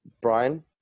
Brian